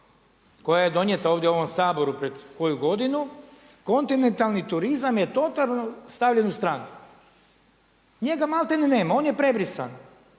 koja je donijeta ovdje u ovom Saboru pred koju godinu kontinentalni turizam je totalno stavljen u stranku, njega maltene ni nema, on je prebrisan